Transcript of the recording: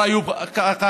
לשר איוב קרא,